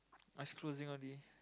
eyes closing already